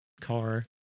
car